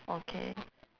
okay